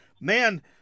Man